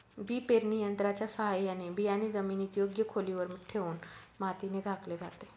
बी पेरणी यंत्राच्या साहाय्याने बियाणे जमिनीत योग्य खोलीवर ठेवून मातीने झाकले जाते